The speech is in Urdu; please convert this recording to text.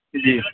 جی